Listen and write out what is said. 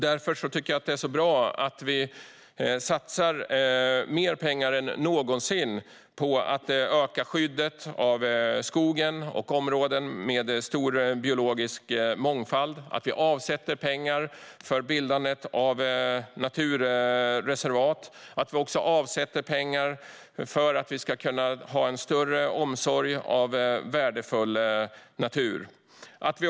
Därför är det bra att vi satsar mer pengar än någonsin på att öka skyddet av skogen och områden med stor biologisk mångfald. Vi avsätter också pengar för att bilda naturreservat och för att vi ska kunna ha större omsorg om värdefull natur.